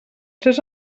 tres